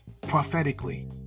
Prophetically